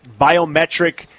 biometric